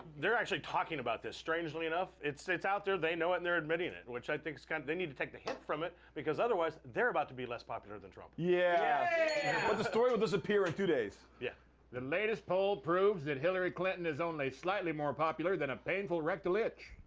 they're actually talking about this. strangely enough. it's it's out there, they know it and they're admitting it, which i think is kind of, they need to take the hit from it, because otherwise they're about to be less popular than trump. yeah but the story will disappear in two days. yeah the latest poll proved that hillary clinton is only slightly more popular than a painful rectal itch.